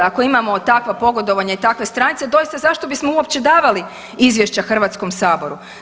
Ako imamo takva pogodovanja i takve stranice, doista zašto bismo uopće davali izvješća Hrvatskom saboru?